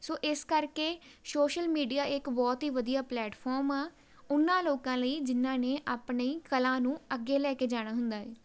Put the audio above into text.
ਸੋ ਇਸ ਕਰਕੇ social media ਇੱਕ ਬਹੁਤ ਹੀ ਵਧੀਆ ਪਲੇਟਫਾਰਮ ਆ ਉਹਨਾਂ ਲੋਕਾਂ ਲਈ ਜਿਨ੍ਹਾਂ ਨੇ ਆਪਣੀ ਕਲਾ ਨੂੰ ਅੱਗੇ ਲੈ ਕੇ ਜਾਣਾ ਹੁੰਦਾ ਹੈ